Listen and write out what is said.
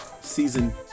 season